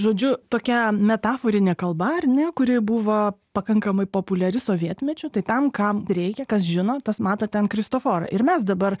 žodžiu tokia metaforinė kalba ar ne kuri buvo pakankamai populiari sovietmečiu tai tam kam reikia kas žino tas mato ten kristoforą ir mes dabar